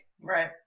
Right